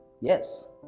yes